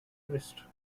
wrist